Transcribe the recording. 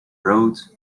roads